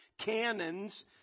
cannons